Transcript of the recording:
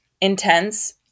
intense